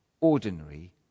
ordinary